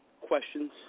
questions